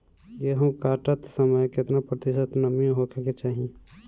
गेहूँ काटत समय केतना प्रतिशत नमी होखे के चाहीं?